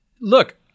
look